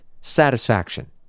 satisfaction